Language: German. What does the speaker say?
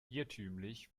irrtümlich